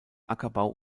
ackerbau